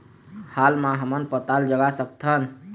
हाल मा हमन पताल जगा सकतहन?